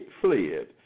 fled